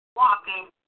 walking